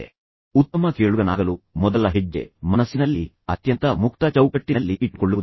ನಾನು ಹೇಳಿದಂತೆ ಉತ್ತಮ ಕೇಳುಗನಾಗಲು ಮೊದಲ ಹೆಜ್ಜೆ ಮನಸ್ಸಿನಲ್ಲಿ ಅತ್ಯಂತ ಮುಕ್ತ ಚೌಕಟ್ಟಿನಲ್ಲಿ ಇಟ್ಟುಕೊಳ್ಳುವುದು